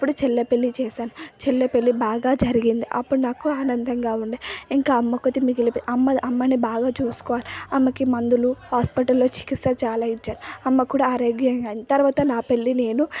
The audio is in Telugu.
అప్పుడు చెల్లి పెళ్ళి చేసాం చెల్లి పెళ్ళి బాగా జరిగింది అప్పుడు నాకు ఆనందంగా ఉండే ఇంక అమ్మకు కొద్దీ మిగిలిపోయి అమ్మా అమ్మని బాగా చూసుకోవాలి అమ్మకి మందులు హాస్పిటల్లో చికిత్స చాలా ఇచ్చారు అమ్మకూడా ఆరోగ్యాంగా అయ్యింది తర్వాత నా పెళ్ళి నేను